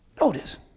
Notice